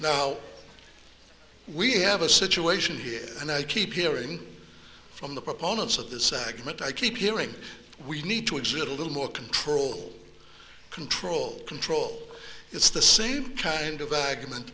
now we have a situation here and i keep hearing from the proponents of this segment i keep hearing we need to exhibit a little more control control control it's the same kind of a